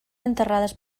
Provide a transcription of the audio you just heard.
enterrades